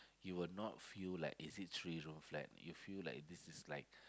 you will not feel is it three room flat you feel like this is like